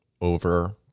over